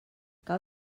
cal